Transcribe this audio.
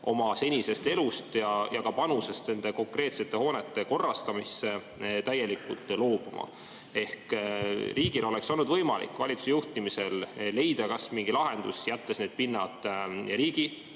oma senisest elust ja ka panusest nende konkreetsete hoonete korrastamisesse täielikult loobuma. Ehk riigil oleks olnud võimalik valitsuse juhtimisel leida kas mingi lahendus, jättes need pinnad riigi